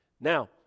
Now